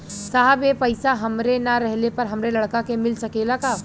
साहब ए पैसा हमरे ना रहले पर हमरे लड़का के मिल सकेला का?